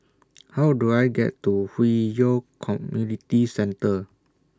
How Do I get to Hwi Yoh Community Centre